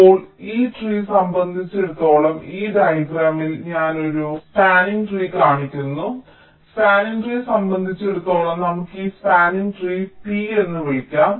ഇപ്പോൾ ഈ ട്രീ സംബന്ധിച്ചിടത്തോളം ഈ ഡയഗ്രാമിൽ ഞാൻ ഒരു സ്പാനിങ് ട്രീ കാണിക്കുന്നു സ്പാനിങ് ട്രീ സംബന്ധിച്ചിടത്തോളം നമുക്ക് ഈ സ്പാനിങ് ട്രീ T എന്ന് വിളിക്കാം